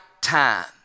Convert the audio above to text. time